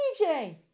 DJ